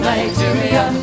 Nigeria